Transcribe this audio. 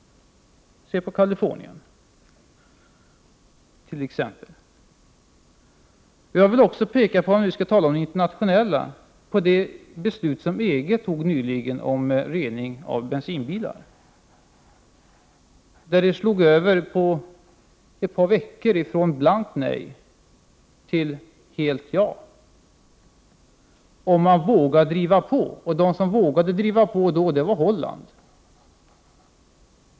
Se på Kalifornien t.ex.! Om vi skall tala om internationella förhållanden, vill jag också peka på det beslut som EG nyligen tog om avgasrening på bensindrivna bilar. På ett par veckor slog inställningen över från ett blankt nej till ett klart ja. Man vågade driva på. Det land som vågade driva på då var Holland.